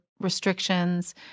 restrictions